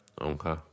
Okay